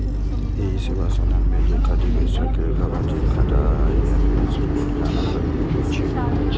एहि सेवा सं धन भेजै खातिर प्रेषक कें लाभार्थीक खाता आ आई.एफ.एस कोड जानब जरूरी होइ छै